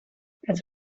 het